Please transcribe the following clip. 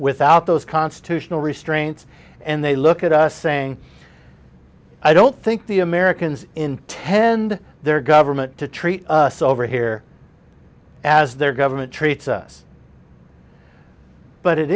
without those constitutional restraints and they look at us saying i don't think the americans intend their government to treat over here as their government treats us but it